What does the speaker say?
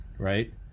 right